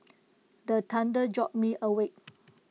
the thunder jolt me awake